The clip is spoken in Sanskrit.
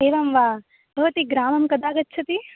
एवं वा भवती ग्रामं कदा गच्छति